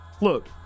Look